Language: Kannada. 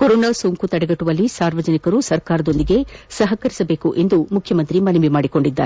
ಕೊರೋನಾ ಸೋಂಕು ತಡೆಗಟ್ಟುವಲ್ಲಿ ಸಾರ್ವಜನಿಕರು ಸರ್ಕಾರದೊಂದಿಗೆ ಸಹಕರಿಸಬೇಕೆಂದು ಮುಖ್ಯಮಂತ್ರಿ ಮನವಿ ಮಾಡಿದ್ದಾರೆ